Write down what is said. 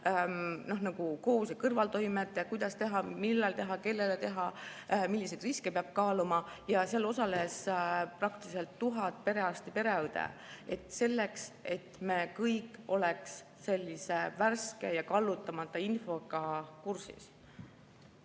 koos‑ ja kõrvaltoimed, kuidas teha, millal teha, kellele teha, milliseid riske peab kaaluma. Seal osales praktiliselt 1000 perearsti ja pereõde, selleks, et me kõik oleks sellise värske ja kallutamata infoga kursis.